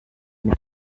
mit